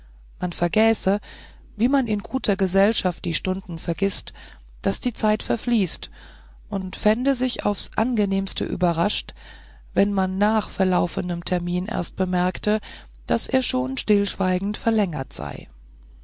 man vergäße wie man in guter gesellschaft die stunden vergißt daß die zeit verfließe und fände sich aufs angenehmste überrascht wenn man nach verlaufenem termin erst bemerkte daß er schon stillschweigend verlängert sei